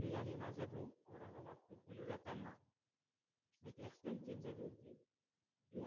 मी आणि माझा भाऊ औरंगाबाद टू पुणे जाताना एक ॲक्सिडंट केस झाली होती दोन